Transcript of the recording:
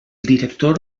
director